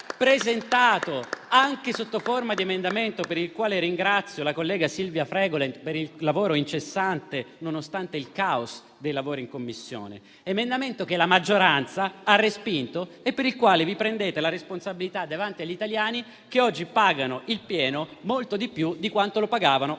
proposto anche noi sotto forma di emendamento, per il quale ringrazio la collega Silvia Fregolent per il lavoro incessante, nonostante il caos dei lavori in Commissione. Si tratta di un emendamento che la maggioranza ha respinto e per il quale vi prendete la responsabilità davanti agli italiani, che oggi pagano il pieno di carburante molto di più di quanto lo pagavano un